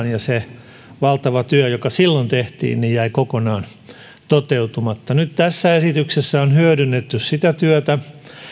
ja se valtava työ joka silloin tehtiin jäi kokonaan toteutumatta nyt tässä esityksessä on hyödynnetty sitä työtä